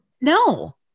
No